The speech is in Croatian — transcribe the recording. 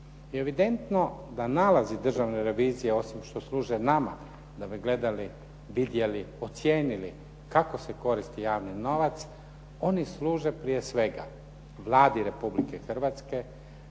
evidentno da nalazi Državne revizije osim što služe nama da bi gledali, vidjeli, ocijenili kako se koristi javni novac oni služe prije svega Vladi Republike Hrvatske